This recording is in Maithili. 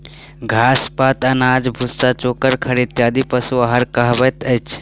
घास, पात, अनाज, भुस्सा, चोकर, खड़ इत्यादि पशु आहार कहबैत अछि